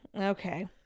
Okay